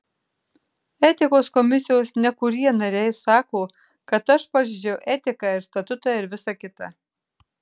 etikos komisijos nekurie nariai sako kad aš pažeidžiau etiką ir statutą ir visa kita